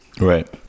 Right